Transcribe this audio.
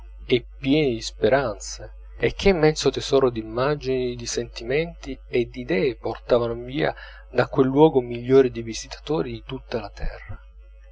e pieni di speranze e che immenso tesoro d'immagini di sentimenti e di idee portavan via da quel luogo milioni di visitatori di tutta